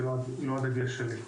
זה לא הדגש שלי.